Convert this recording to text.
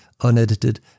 unedited